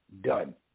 done